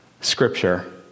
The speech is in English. scripture